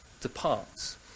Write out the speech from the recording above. departs